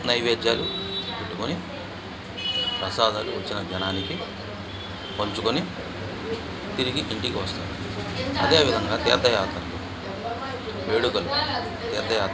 నైవేధ్యాలు పెట్టుకొని ప్రసాదాలు వచ్చిన జనానికి పంచుకొని తిరిగి ఇంటికి వస్తారు అదేవిధంగా తీర్ధయాత్రలు వేడుకలు తీర్ధయాత్రలు